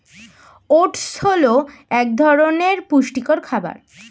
oats হল এক ধরনের পুষ্টিকর খাবার